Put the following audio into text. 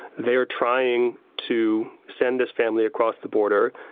they're trying to send this family across the border,